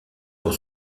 pour